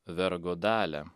vergo dalią